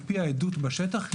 על פי העדות בשטח,